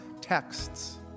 texts